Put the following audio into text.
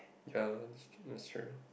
ya that's that's true